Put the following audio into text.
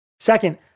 Second